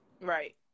Right